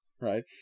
right